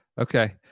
Okay